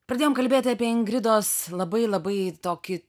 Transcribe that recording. pradėjom kalbėti apie ingridos labai labai tokį